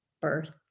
birth